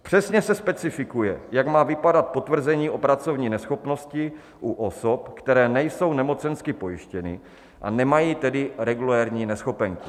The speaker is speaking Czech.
Přesně se specifikuje, jak má vypadat potvrzení o pracovní neschopnosti u osob, které nejsou nemocensky pojištěny, a nemají tedy regulérní neschopenku.